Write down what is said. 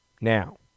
Now